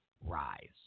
rise